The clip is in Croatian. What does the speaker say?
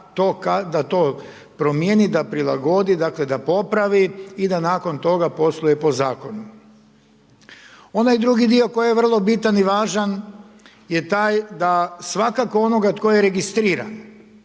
da to promijeni, da prilagodi, dakle, da popravi i da nakon toga posluje po Zakonu. Onaj drugi dio koji je vrlo bitan i važan je taj da svakako onoga tko je registriran,